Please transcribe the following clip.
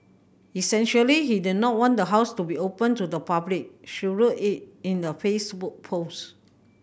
essentially he did not want the house to be open to the public she wrote it in a Facebook post